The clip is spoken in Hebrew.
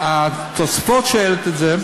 התוספות שואלת את זה: